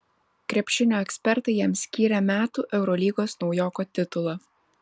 krepšinio ekspertai jam skyrė metų eurolygos naujoko titulą